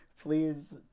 please